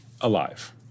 alive